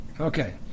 Okay